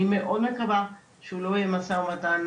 אני מאוד מקווה שהוא לא יהיה משא ומתן